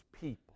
people